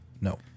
no